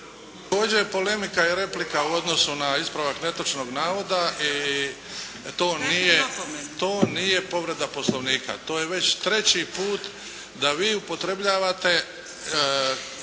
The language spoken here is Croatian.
Također polemika i replika u odnosu na ispravak netočnog navoda i to nije, to nije povreda Poslovnika. To je već treći put da vi upotrebljavate